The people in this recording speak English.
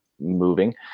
moving